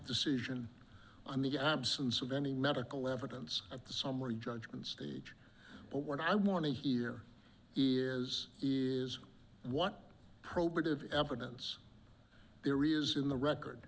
decision on the absence of any medical evidence at the summary judgment stage but what i want to hear is is what probative evidence there is in the record